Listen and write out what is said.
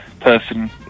Person